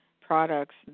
products